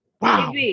Wow